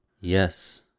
Yes